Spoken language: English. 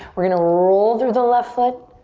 we're gonna roll through the left foot.